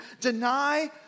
deny